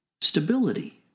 stability